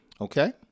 Okay